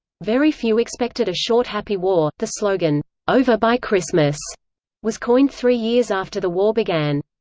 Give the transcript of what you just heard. very few expected a short happy war the slogan over by christmas was coined three years after the war began.